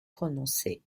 prononcé